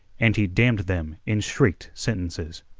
and he damned them in shrieked sentences.